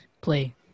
play